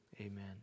Amen